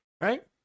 right